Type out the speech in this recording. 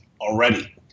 already